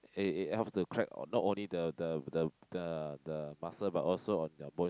it it helps to crack not only the the the the the muscle but also on your bone